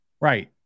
Right